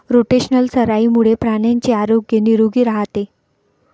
rotational चराईमुळे प्राण्यांचे आरोग्य निरोगी राहते